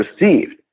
received